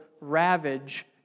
ravage